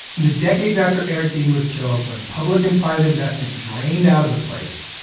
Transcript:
in the decades after eric dean was killed, when public and private investment drained out of the place,